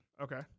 Okay